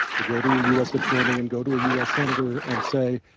to go to a us attorney and go to a us senator and say,